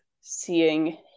seeing